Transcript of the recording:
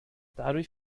dadurch